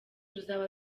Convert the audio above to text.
ruzaba